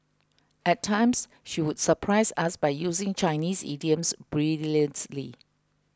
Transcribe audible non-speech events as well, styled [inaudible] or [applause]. at times she would surprise us by using Chinese idioms [unintelligible]